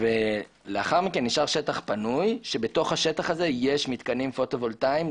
לאחר מכן נשאר שטח פנוי שבתוכו יש מתקנים פוטו וולטאים,